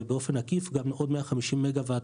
ובאופן עקיף, גם עוד 150 מגה וואט